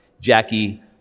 Jackie